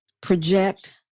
project